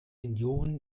union